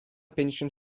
pięćdziesiąt